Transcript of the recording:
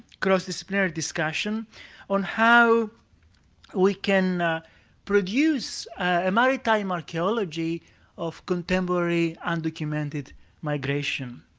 cross-disciplinary discussion on how we can produce a maritime archaeology of contemporary undocumented migration.